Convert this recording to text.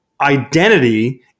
identity